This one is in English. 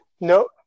no